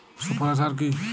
সুফলা সার কি?